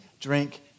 drink